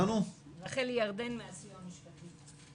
רחל ירדן מהסיוע המשפטי.